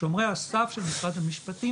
ושומרי הסף שזה אחד המשפטים,